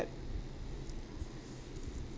that